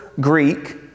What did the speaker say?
Greek